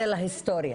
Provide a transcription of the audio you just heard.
זה להיסטוריה.